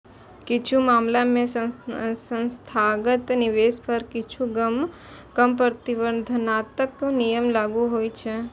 किछु मामला मे संस्थागत निवेशक पर किछु कम प्रतिबंधात्मक नियम लागू होइ छै